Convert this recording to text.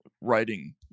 writing